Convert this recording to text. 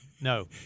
No